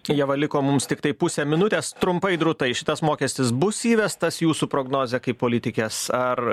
ieva liko mums tiktai pusė minutės trumpai drūtai šitas mokestis bus įvestas jūsų prognozė kaip politikės ar